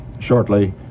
shortly